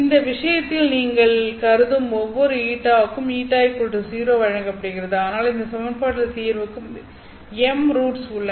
இந்த விஷயத்தில் நீங்கள் கருதும் ஒவ்வொரு η க்கும் η0 வழங்கப்படுகிறது ஆனால் இந்த சமன்பாட்டின் தீர்வுக்கு m ரூட்ஸ் உள்ளன